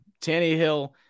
Tannehill